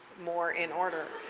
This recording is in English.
more in order.